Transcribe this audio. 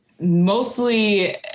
mostly